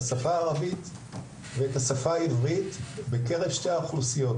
ואת השפה העברית בקרב שתי האוכלוסיות,